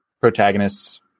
protagonists